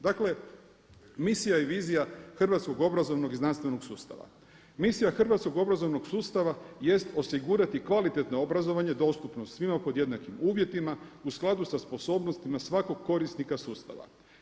Dakle, misija i vizija hrvatskog obrazovnog i znanstvenog sustava: „Misija hrvatskog obrazovnog sustava jest osigurati kvalitetno obrazovanje dostupno svima pod jednakim uvjetima u skladu sa sposobnostima svakog korisnika sustava.